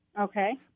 Okay